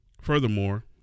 Furthermore